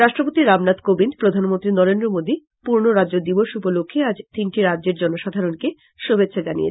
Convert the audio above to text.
রাষ্ট্রপতি রামনাথ কোবিন্দ প্রধানমন্ত্রী নরেন্দ্র মোদী পূর্ণ রাজ্য দিবস উপলক্ষে আজ তিনটি রাজ্যের জনসাধারণকে শুভেচ্ছা জানিয়েছেন